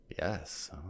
yes